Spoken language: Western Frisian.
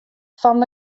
fan